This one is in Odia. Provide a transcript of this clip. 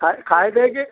ଖା ଖାଇ ଦେଇକି